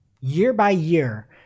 year-by-year